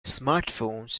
smartphones